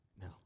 No